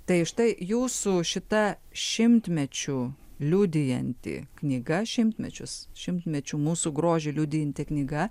tai štai jūsų šita šimtmečių liudijanti knyga šimtmečius šimtmečių mūsų grožį liudijanti knyga